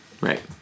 Right